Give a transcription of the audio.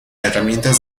herramientas